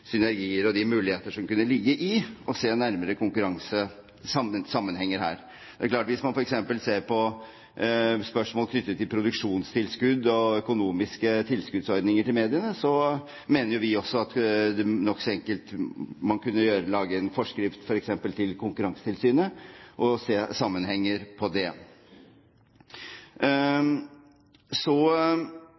synergier og muligheter som kan ligge i konkurransesammenhenger her. Det er klart at hvis man f.eks. ser på spørsmål knyttet til produksjonstilskudd og økonomiske tilskuddsordninger til mediene, så mener jo vi også at man nokså enkelt kunne lage en forskrift f.eks. til Konkurransetilsynet og se sammenhenger på det. Så